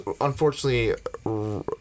unfortunately